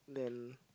then